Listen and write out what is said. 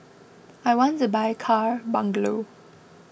I want to buy car bungalow